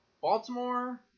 Baltimore